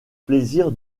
plaisir